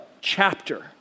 chapter